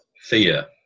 fear